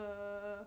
the